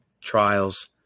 Trials